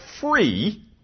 free